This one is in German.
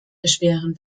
erschweren